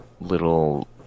little